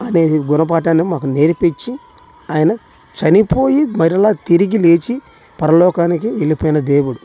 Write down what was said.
అనేది గుణపాఠాన్ని మాకు నేర్పించి ఆయన చనిపోయి మరలా తిరిగి లేచి పరలోకానికి వెళ్ళిపోయిన దేవుడు